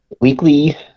weekly